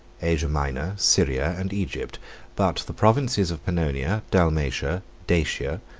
asia minor, syria, and egypt but the provinces of pannonia, dalmatia, dacia,